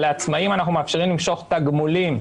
אבל לעצמאים אנחנו מאפשרים למשוך תגמולים,